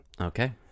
Okay